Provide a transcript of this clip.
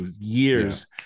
years